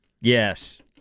Yes